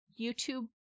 YouTube